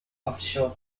offshore